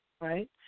right